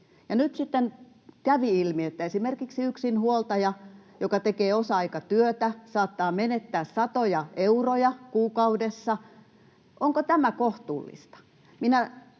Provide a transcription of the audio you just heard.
kävi ilmi, että esimerkiksi yksinhuoltaja, joka tekee osa-aikatyötä, saattaa menettää satoja euroja kuukaudessa. Onko tämä kohtuullista?